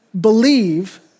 believe